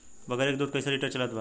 बकरी के दूध कइसे लिटर चलत बा?